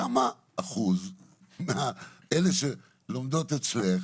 כמה אחוז מאלה שלומדות אצלך